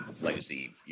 legacy